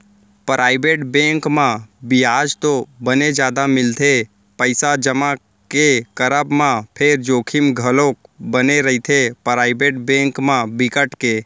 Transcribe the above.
private bank म बियाज तो बने जादा मिलथे पइसा जमा के करब म फेर जोखिम घलोक बने रहिथे, पराइवेट बेंक म बिकट के